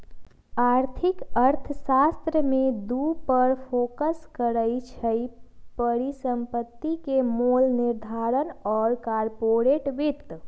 आर्थिक अर्थशास्त्र में दू पर फोकस करइ छै, परिसंपत्ति के मोल निर्धारण आऽ कारपोरेट वित्त